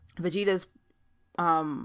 Vegeta's